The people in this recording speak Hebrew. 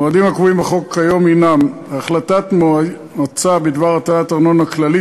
המועדים הקבועים בחוק כיום הם: החלטת מועצה בדבר הטלת ארנונה כללית